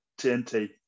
TNT